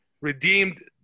redeemed